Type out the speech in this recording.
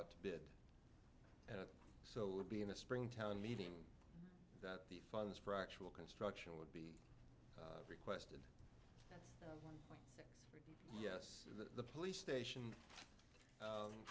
out to bid so it would be in the spring town meeting that the funds for actual construction would be requested yes the police station